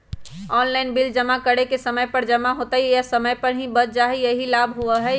Online bill जमा करे से समय पर जमा हो जतई और समय भी बच जाहई यही लाभ होहई?